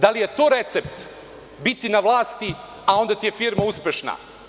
Da li je to recept biti na vlasti, a onda ti je firma uspešna?